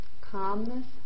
calmness